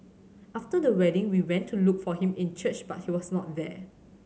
after the wedding we went to look for him in church but he was not there